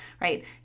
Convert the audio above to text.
right